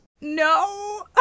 No